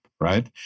right